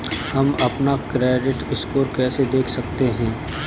हम अपना credit score कैसे देख सकते हैं?